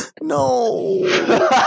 no